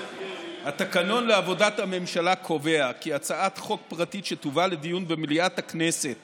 התקנון לעבודת הממשלה קובע כי הצעת חוק פרטית שתובא לדיון במליאת הכנסת